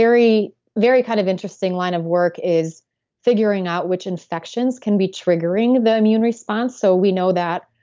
very very kind of interesting line of work is figuring out which infections can be triggering the immune response. so we know that,